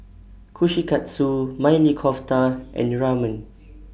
Kushikatsu Maili Kofta and Ramen